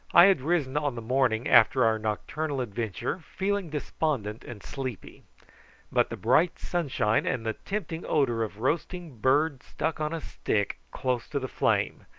i had risen on the morning after our nocturnal adventure feeling despondent and sleepy but the bright sunshine and the tempting odour of roasting bird stuck on a stick close to the flame,